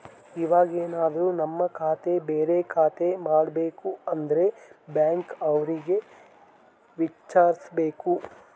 ಇವಾಗೆನದ್ರು ನಮ್ ಖಾತೆ ಬೇರೆ ಖಾತೆ ಮಾಡ್ಬೇಕು ಅಂದ್ರೆ ಬ್ಯಾಂಕ್ ಅವ್ರಿಗೆ ವಿಚಾರ್ಸ್ಬೇಕು